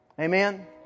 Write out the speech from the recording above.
Amen